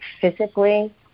physically